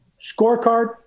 scorecard